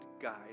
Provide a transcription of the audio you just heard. guide